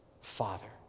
Father